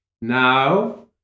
now